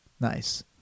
nice